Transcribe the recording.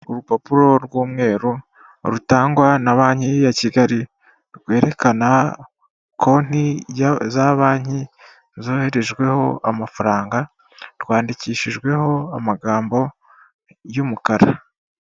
Urupapuro rw'umweru rutangwa na banki ya kigali rwerekana konti za banki zoherejweho amafaranga rwandikishijweho amagambo y'umukara.